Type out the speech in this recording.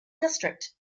district